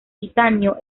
titanio